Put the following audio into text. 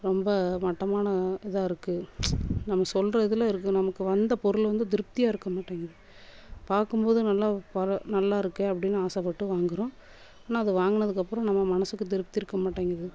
ரொம்ப மட்டமான இதாக இருக்கு நம்ம சொல்லுறதுல இருக்கணும் நமக்கு வந்த பொருள் வந்து திருப்தியாக இருக்க மாட்டங்குது பார்க்கும் போது நல்லா பொருள் நல்லா இருக்கே அப்படின்னு ஆசைப்பட்டு வாங்குறோம் ஆனால் அது வாங்குனதுக்கு அப்புறம் நம்ம மனசுக்கு திருப்தி இருக்க மாட்டங்குது